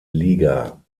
liga